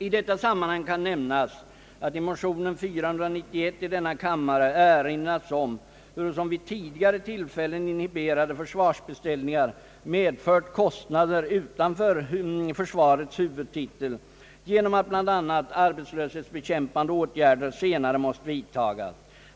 I detta sammanhang kan nämnas att i motionen 491 i denna kammare erinras om hurusom vid tidigare tillfällen inhiberade försvarsbeställningar medfört kostnader utanför försvarets huvudtitel genom att bl.a. arbetslöshetsbekämpande åtgärder senare måste vidtagas.